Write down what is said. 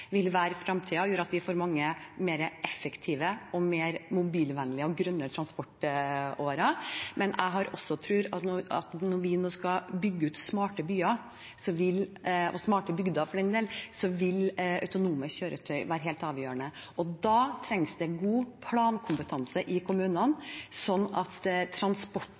vil være fremtiden og gjøre at vi får mer effektive og mer mobilvennlige og grønnere transportårer. Jeg har også tro på at når vi nå skal bygge ut smarte byer – og smarte bygder for den del – vil autonome kjøretøy være helt avgjørende. Da trengs det god plankompetanse i kommunene, sånn at